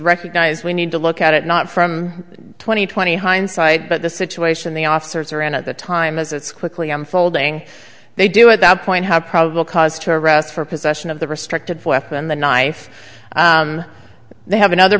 recognize we need to look at it not from twenty twenty hindsight but the situation the officers around at the time as it's quickly unfolding they do at that point have probable cause to arrest for possession of the restricted weapon the knife they have another